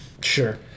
sure